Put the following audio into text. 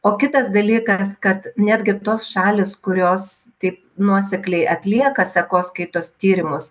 o kitas dalykas kad netgi tos šalys kurios taip nuosekliai atlieka sekoskaitos tyrimus